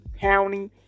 county